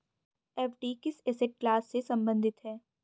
FD किस asset class से संबंधित है?